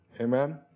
Amen